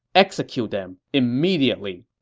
execute them immediately.